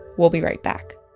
we'll be right back